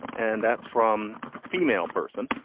and that's from female person.